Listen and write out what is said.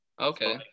Okay